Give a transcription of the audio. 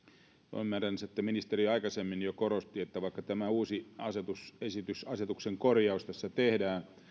ymmärsin että ministeri aikaisemmin jo korosti että vaikka tämä uusi asetusesitys asetuksen korjaus tehdään tässä